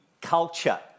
culture